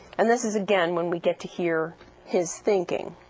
and this is again when we get to hear his thinking